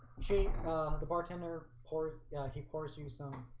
she the bartender pour yeah he pours you some